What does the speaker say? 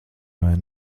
vai